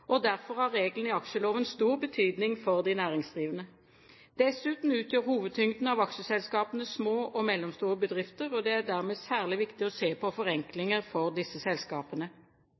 og derfor har reglene i aksjeloven stor betydning for de næringsdrivende. Dessuten utgjør hovedtyngden av aksjeselskapene små og mellomstore bedrifter, og det er dermed særlig viktig å se på forenklinger for disse selskapene.